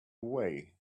away